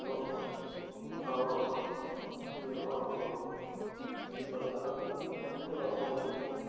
অঁ অঁ অঁ অঁ দিব লগা হৈছে আৰু হৈছে বাৰু সমস্যাটো